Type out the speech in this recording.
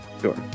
Sure